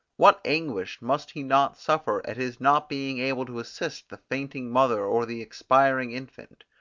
what anguish must he not suffer at his not being able to assist the fainting mother or the expiring infant?